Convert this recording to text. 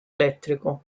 elettrico